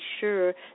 sure